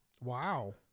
Wow